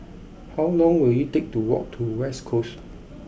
how long will it take to walk to West Coast